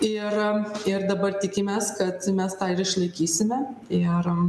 ir ir dabar tikimės kad mes tą ir išlaikysime ir